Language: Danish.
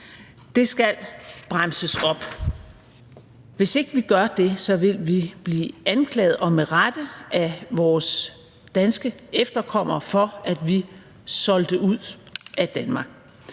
det skal bremses op. Hvis ikke vi gør det, vil vi blive anklaget af vores danske efterkommere – og med rette – for, at vi solgte ud af Danmark.